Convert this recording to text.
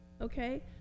okay